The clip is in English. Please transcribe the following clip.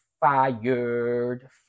Fired